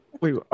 Wait